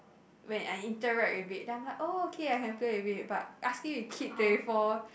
when I interact with it then I'm like oh okay I can play with it but ask me to keep twenty four